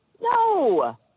No